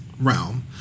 realm